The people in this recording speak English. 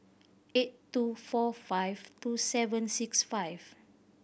eight two four five two seven six five